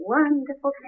wonderful